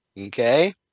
Okay